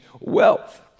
wealth